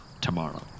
tomorrow